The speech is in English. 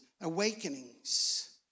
awakenings